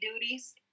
duties